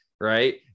right